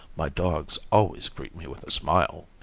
my dogs always greet me with a smile.